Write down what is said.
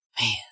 Man